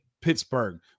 Pittsburgh